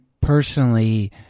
personally